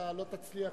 אתה לא תצליח,